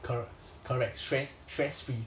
correct correct stress stress-free